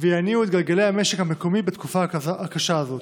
ויניע את גלגלי המשק המקומי בתקופה הקשה הזאת.